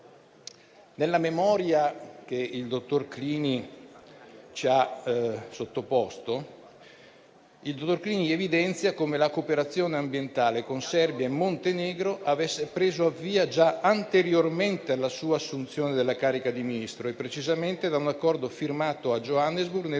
Nella memoria che il dottor Clini ci ha sottoposto, egli evidenzia come la cooperazione ambientale con Serbia e Montenegro avesse preso avvio già anteriormente alla sua assunzione della carica di Ministro e precisamente da un accordo firmato a Johannesburg nel